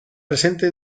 presente